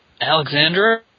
Alexandra